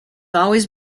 always